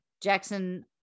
Jackson